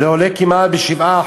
כל שנה זה עולה כמעט ב-7%,